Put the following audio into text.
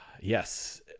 Yes